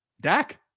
Dak